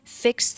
fix